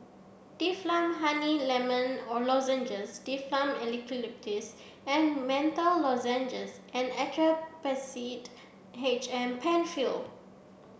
Difflam Honey Lemon Lozenges Difflam Eucalyptus and Menthol Lozenges and H M Penfill